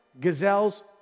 gazelles